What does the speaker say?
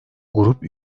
grup